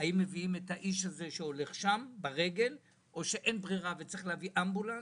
האם מביאים את האיש הזה שהולך ברגל או שאין ברירה וצריך להביא אמבולנס,